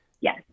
yes